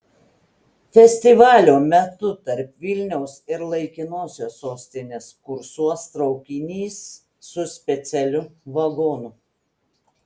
festivalio metu tarp vilniaus ir laikinosios sostinės kursuos traukinys su specialiu vagonu